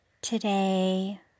Today